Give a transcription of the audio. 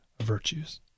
virtues